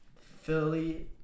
Philly